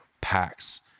packs